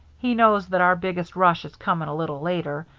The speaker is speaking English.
he knows that our biggest rush is coming a little later,